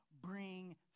bring